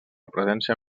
presència